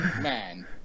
man